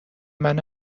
منو